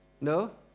No